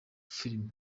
film